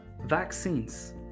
vaccines